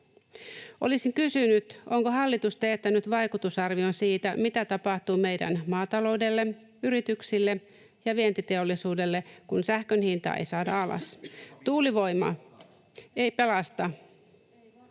Olisin kysynyt, onko hallitus teettänyt vaikutusarvion siitä, mitä tapahtuu meidän maataloudelle, yrityksille ja vientiteollisuudelle, kun sähkön hintaa ei saada alas. [Ari Koponen: